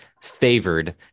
favored